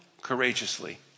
courageously